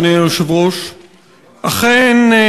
אכן,